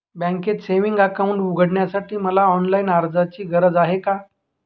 बँकेत savings account उघडण्यासाठी मला ऑनलाईन अर्जाची गरज आहे का?